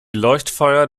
leuchtfeuer